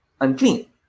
unclean